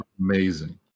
amazing